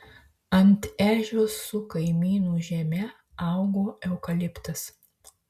ant ežios su kaimynų žeme augo eukaliptas